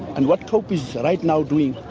and what cope is right now doing